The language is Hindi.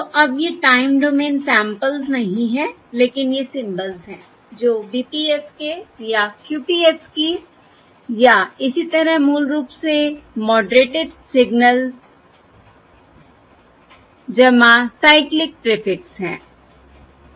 तो अब ये टाइम डोमेन सैंपल्स नहीं हैं लेकिन ये सिंबल्स हैं जो BPSK या QPSK या इसी तरह मूल रूप से मॉडरेटेड सिगनल्स साइक्लिक प्रीफिक्स हैं